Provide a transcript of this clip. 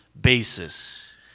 basis